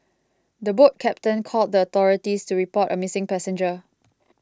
the boat captain called the authorities to report a missing passenger